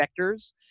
vectors